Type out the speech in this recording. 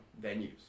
venues